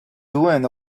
doing